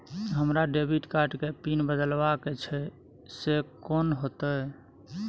हमरा debit card के pin बदलवा के छै से कोन होतै?